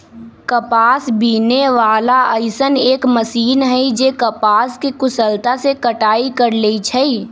कपास बीने वाला अइसन एक मशीन है जे कपास के कुशलता से कटाई कर लेई छई